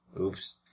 Oops